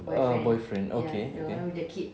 err boyfriend okay okay